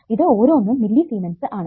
ഇത് ഓരോന്നും മില്ലിസിമെൻസ് ആണ്